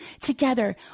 Together